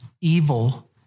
evil